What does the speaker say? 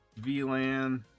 VLAN